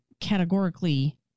categorically